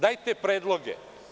Dajte predloge.